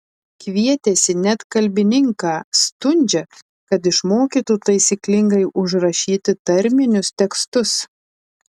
kvietėsi net kalbininką stundžią kad išmokytų taisyklingai užrašyti tarminius tekstus